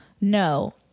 No